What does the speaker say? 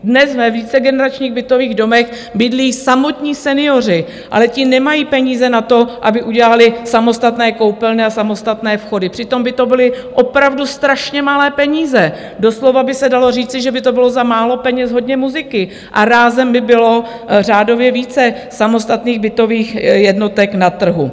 Dnes ve vícegeneračních bytových domech bydlí samotní senioři, ale ti nemají peníze na to, aby udělali samostatné koupelny a samostatné vchody, přitom by to byly opravdu strašně malé peníze, doslova by se dalo říci, že by to bylo za málo peněz hodně muziky, a rázem by bylo řádově více samostatných bytových jednotek na trhu.